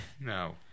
No